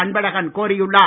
அன்பழகன் கோரியுள்ளார்